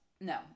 No